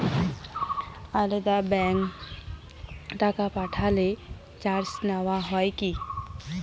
আলাদা ব্যাংকে টাকা পাঠালে চার্জ নেওয়া হয় কি?